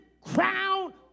crown